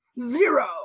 Zero